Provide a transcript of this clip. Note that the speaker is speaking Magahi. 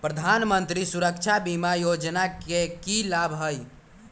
प्रधानमंत्री सुरक्षा बीमा योजना के की लाभ हई?